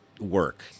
work